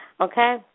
Okay